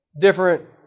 different